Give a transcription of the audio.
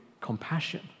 compassion